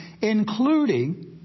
including